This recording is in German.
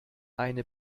eine